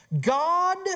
God